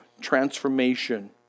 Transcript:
Transformation